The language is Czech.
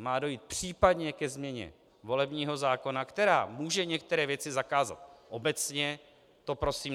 Má dojít případně ke změně volebního zákona, která může některé věci zakázat obecně, to prosím